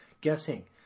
guessing